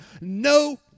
no